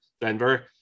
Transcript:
Denver